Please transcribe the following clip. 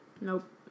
Nope